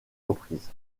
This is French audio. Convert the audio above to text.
reprises